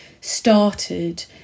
started